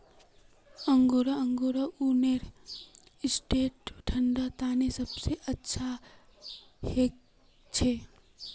angora angora ऊनेर sweater ठंडा तने सबसे अच्छा हछे